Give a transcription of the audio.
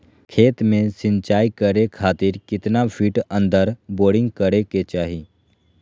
खेत में सिंचाई करे खातिर कितना फिट अंदर बोरिंग करे के चाही?